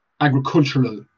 agricultural